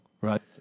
right